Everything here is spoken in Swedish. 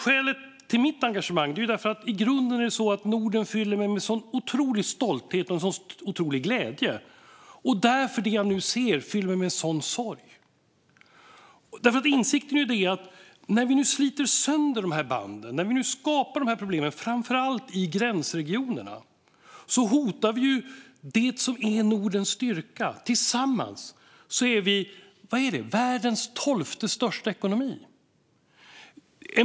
Skälet till mitt engagemang är att Norden i grunden fyller mig med en otrolig stolthet och glädje. Och det jag nu ser fyller mig med en stor sorg. När vi nu sliter sönder banden och skapar problem i framför allt gränsregionerna hotar vi det som är Nordens styrka. Tillsammans är vi världens tolfte största ekonomi.